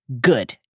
good